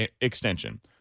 extension